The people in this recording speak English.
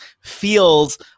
feels